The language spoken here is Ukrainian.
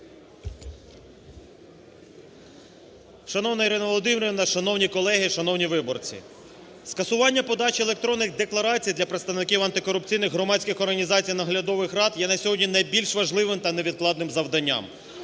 Шановна Ірина Володимирівна, шановні колеги, шановні виборці! Скасування подачі електронних декларацій для представників антикорупційних громадських організацій, наглядових рад є на сьогодні найбільш важливим та невідкладним завданням.